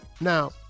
Now